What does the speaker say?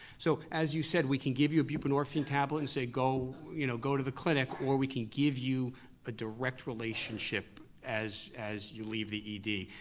so, as you said, we can give you a buprenorphine tablet and say go you know go to the clinic, or we can give you a direct relationship as as you leave the ed.